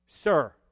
Sir